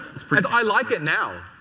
i like it now.